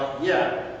yeah.